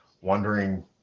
wondering